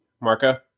Marco